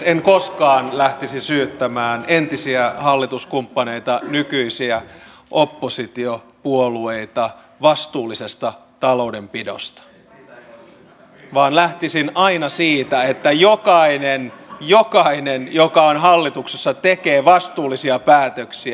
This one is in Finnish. en koskaan lähtisi syyttämään entisiä hallituskumppaneita nykyisiä oppositiopuolueita vastuullisesta taloudenpidosta vaan lähtisin aina siitä että jokainen jokainen joka on hallituksessa tekee vastuullisia päätöksiä